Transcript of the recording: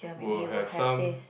will have some